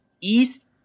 East